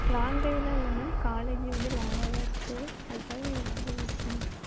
long டிரைவெலாம் இல்லை ma'am college வந்து லாங்காக தான் இருக்குது அதுக்காக நான் இது யூஸ் பண்ணிகிட்டு இருக்கேன்